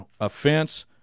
offense